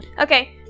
Okay